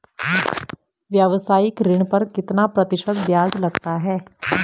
व्यावसायिक ऋण पर कितना प्रतिशत ब्याज लगता है?